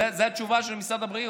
זו התשובה של משרד הבריאות.